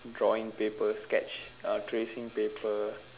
drawing paper sketch a tracing paper